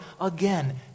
again